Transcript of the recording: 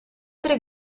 tre